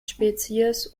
spezies